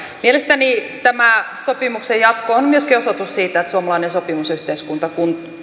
mielestäni tämä sopimuksen jatko on myöskin osoitus siitä että suomalainen sopimusyhteiskunta